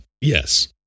yes